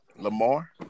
Lamar